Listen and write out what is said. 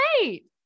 great